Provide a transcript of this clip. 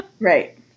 right